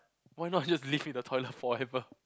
why not just live in the toilet forever